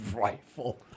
rifle